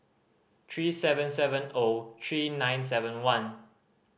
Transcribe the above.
three seven seven O three nine seven one